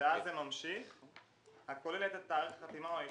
ואז זה ממשיך "הכוללת את תאריך החתימה או האישור,